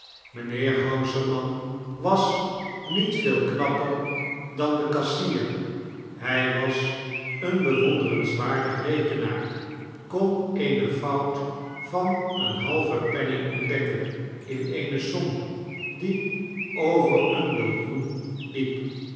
sluiten mijnheer hausermann was niet veel knapper dan de kassier hij was een bewonderenswaardig rekenaar kon eene fout van een haiven penning ontdekken in eene som die over een billioen hep